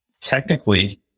technically